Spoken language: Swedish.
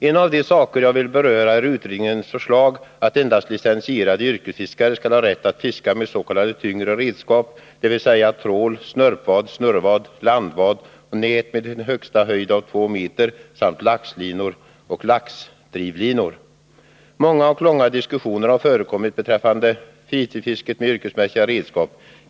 En av de saker jag vill beröra är utredningens förslag att endast licensierade yrkesfiskare skall ha rätt att fiska med s.k. tyngre redskap, dvs. trål, snörpvad, snurrevad, landvad och nät med en högsta höjd av två meter samt laxlinor och laxdrivlinor. Många och långa diskussioner har förekommit beträffande fritidsfisket med yrkesmässiga redskap.